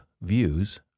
views